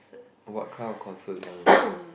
what kind of concert you want to go